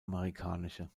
amerikanische